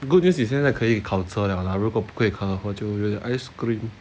the good news is 现在可以考车了 lah 如果不可以考就会 ice cream